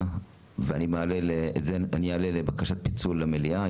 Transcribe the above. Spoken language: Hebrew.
ואת זה אני אעלה לבקשת פיצול למליאה.